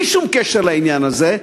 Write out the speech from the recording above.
בלי שום קשר לעניין הזה,